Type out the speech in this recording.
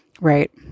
Right